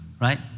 right